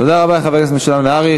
תודה רבה לחבר הכנסת משולם נהרי.